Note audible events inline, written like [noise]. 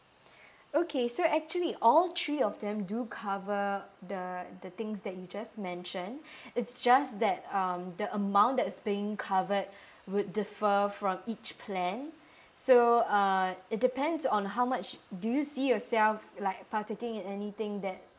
okay so actually all three of them do cover the the things like you just mentioned [breath] it's just that um the amount that is being covered would differ from each plan so uh it depends on how much do you see yourself like partaking in anything that